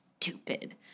stupid